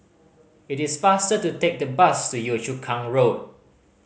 it is faster to take the bus to Yio Chu Kang Road